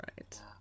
right